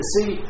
See